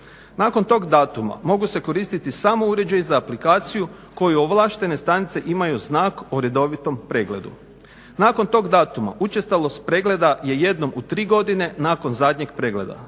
Nakon tog datuma mogu se koristiti samo uređaji za aplikaciju koji ovlaštene stanice imaju znak o redovitom pregledu. Nakon tog datuma učestalost pregleda je jednom u tri godine, nakon zadnjeg pregleda.